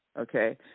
Okay